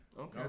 Okay